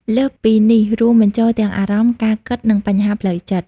លើសពីនេះរួមបញ្ចូលទាំងអារម្មណ៍ ការគិត និងបញ្ហាផ្លូវចិត្ត។